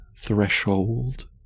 threshold